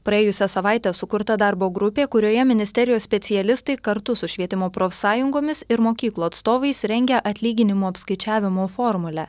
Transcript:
praėjusią savaitę sukurta darbo grupė kurioje ministerijos specialistai kartu su švietimo profsąjungomis ir mokyklų atstovais rengia atlyginimų apskaičiavimo formulę